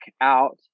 out